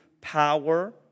power